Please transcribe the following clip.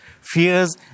fears